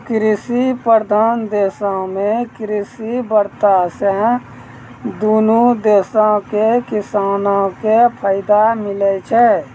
दु कृषि प्रधान देशो मे कृषि वार्ता से दुनू देशो के किसानो के फायदा मिलै छै